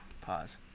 pause